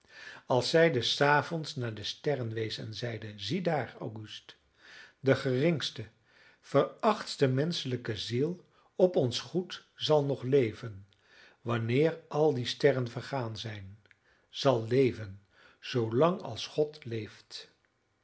als zij des avonds naar de sterren wees en zeide ziedaar auguste de geringste verachtste menschelijke ziel op ons goed zal nog leven wanneer al die sterren vergaan zijn zal leven zoolang als god leeft